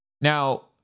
Now